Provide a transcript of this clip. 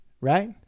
right